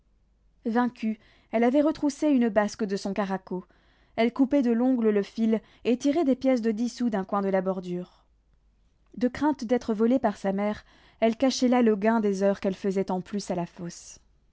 elle avait retroussé une basque de son caraco elle coupait de l'ongle le fil et tirait des pièces de dix sous d'un coin de la bordure de crainte d'être volée par sa mère elle cachait là le gain des heures qu'elle faisait en plus à la fosse